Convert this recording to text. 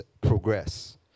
progress